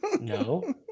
No